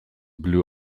blue